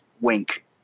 Wink